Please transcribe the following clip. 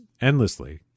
endlessly